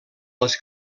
les